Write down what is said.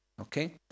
Okay